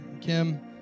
Kim